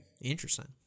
Interesting